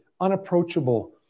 unapproachable